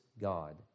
God